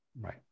right